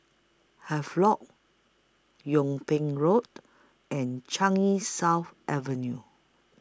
Havelock Yung Ping Road and Changi South Avenue